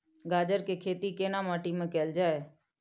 गाजर के खेती केना माटी में कैल जाए?